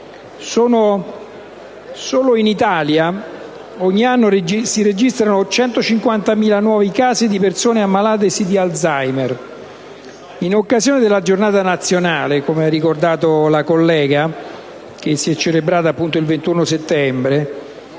Solo in Italia ogni anno si registrano 150.000 nuovi casi di persone ammalatesi di Alzheimer. In occasione della giornata nazionale, come ha ricordato la collega, celebrata il 21 settembre,